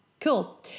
cool